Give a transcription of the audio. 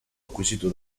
acquisito